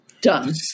Done